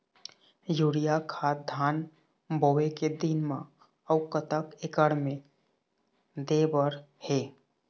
Urea खाद धान बोवे के दिन म अऊ कतक एकड़ मे दे बर हे?